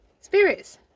Spirits